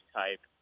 type